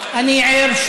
אני ער,